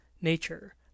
nature